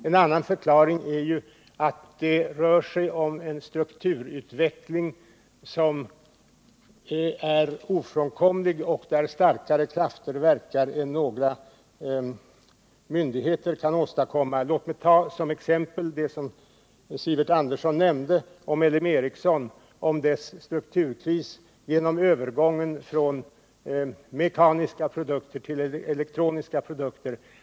En annan förklaring är att det rör sig om en strukturutveckling, som är ofrånkomlig och där starkare krafter verkar än några myndigheter kan åstadkomma. Låt mig som exempel ta LM Ericssons strukturkris, som Sivert Andersson nämnde, på grund av övergången från mekaniska produkter till elektroniska produkter.